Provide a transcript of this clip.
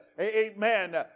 Amen